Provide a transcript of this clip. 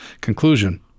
conclusion